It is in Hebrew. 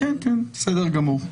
כן, בסדר גמור.